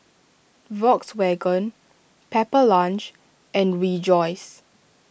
Volkswagen Pepper Lunch and Rejoice